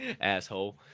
Asshole